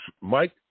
Mike